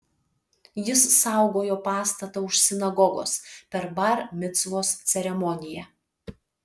jis saugojo pastatą už sinagogos per bar micvos ceremoniją